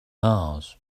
mars